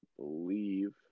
believe